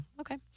okay